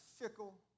fickle